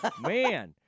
man